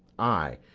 i.